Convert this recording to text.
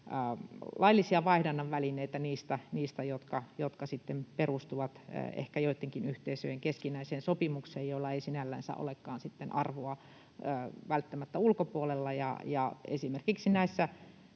laillisia vaihdannan välineitä niistä, jotka sitten perustuvat ehkä joittenkin yhteisöjen keskinäiseen sopimukseen ja joilla ei sinällänsä olekaan välttämättä arvoa ulkopuolella, ja esimerkiksi näissä